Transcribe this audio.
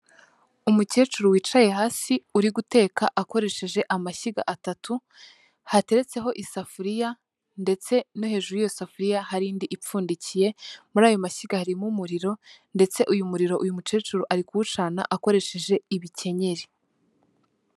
Umukecuru wicaye hasi uri guteka akoresheje amashyiga atatu, hateretseho isafuriya ndetse no hejuru y'iyo safuriya hari indi ipfundikiye, muri ayo mashyiga harimo umuriro ndetse uyu muriro uyu mukecuru ari kuwucana akoresheje ibikenyeri.